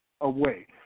away